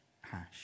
hash